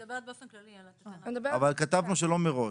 היא מדברת באופן כללי על --- אני מדברת על --- אבל כתבנו שלא מראש,